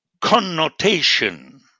connotation